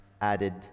added